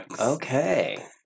Okay